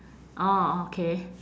orh okay